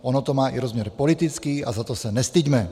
Ono to má i rozměr politický a za to se nestyďme.